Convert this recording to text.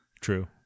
True